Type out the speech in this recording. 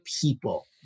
people